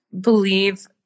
believe